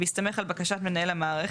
בהסתמך על בקשת מנהל המערכת,